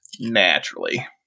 naturally